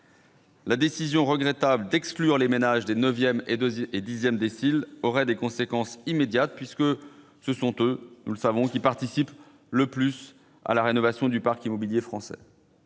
La décision regrettable d'exclure les ménages des neuvième et dixième déciles aurait des conséquences immédiates, puisque ce sont eux, nous le savons, qui participent le plus à la rénovation du parc immobilier français.